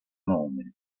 nome